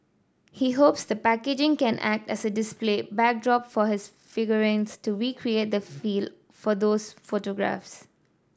he hopes the packaging can act as a display backdrop for his figurines to recreate the feel for those photographs